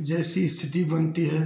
जैसी स्थिति बनती है